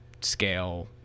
scale